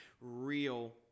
real